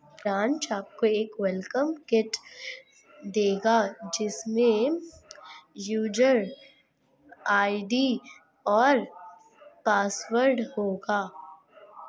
branch आपको एक welcome kit देगा जिसमे यूजर आई.डी और पासवर्ड होगा